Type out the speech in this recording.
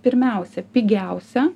pirmiausia pigiausią